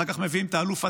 אחר כך מביאים את האלוף הזה?